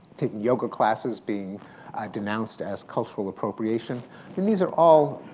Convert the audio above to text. taking yoga classes being denounced as cultural appropriation, then these are all